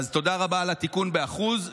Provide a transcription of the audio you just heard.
אז תודה רבה על התיקון באחוז.